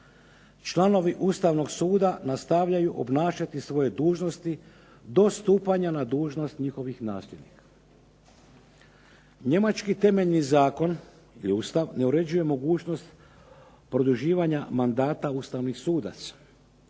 članovi Ustavnog suda nastavljaju obnašati svoje dužnosti do stupanja na dužnost njihovih nasljednika. Njemački temeljni zakon ili Ustav ne uređuje mogućnost produživanja mandata ustavni sudac,